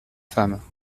femmes